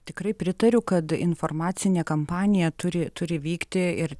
tikrai pritariu kad informacinė kampanija turi turi vykti ir